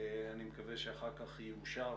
אני מקווה שאחר כך יאושר,